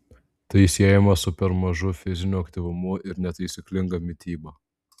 tai siejama su per mažu fiziniu aktyvumu ir netaisyklinga mityba